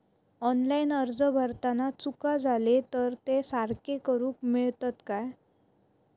Online अर्ज भरताना चुका जाले तर ते सारके करुक मेळतत काय?